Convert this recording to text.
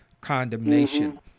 condemnation